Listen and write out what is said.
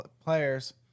players